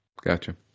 gotcha